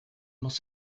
muss